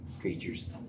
creatures